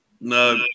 No